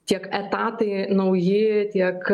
tiek etatai nauji tiek